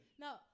No